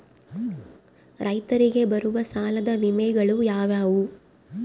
ರೈತರಿಗೆ ಬರುವ ಸಾಲದ ವಿಮೆಗಳು ಯಾವುವು?